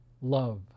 love